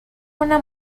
una